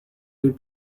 les